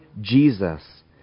Jesus